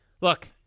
look